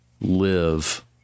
live